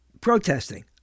protesting